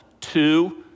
two